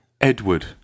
Edward